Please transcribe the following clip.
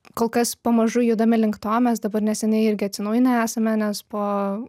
kol kas pamažu judame link to mes dabar neseniai irgi atsinaujinę esame nes po